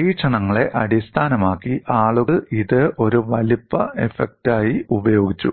പരീക്ഷണങ്ങളെ അടിസ്ഥാനമാക്കി ആളുകൾ ഇത് ഒരു വലുപ്പ ഇഫക്റ്റായി ഉപയോഗിച്ചു